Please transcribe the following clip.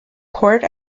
court